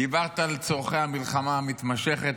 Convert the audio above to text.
דיברת על צורכי המלחמה המתמשכת.